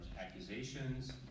accusations